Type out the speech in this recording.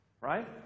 right